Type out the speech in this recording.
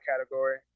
category